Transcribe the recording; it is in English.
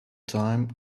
time